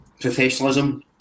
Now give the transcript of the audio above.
professionalism